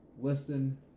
Listen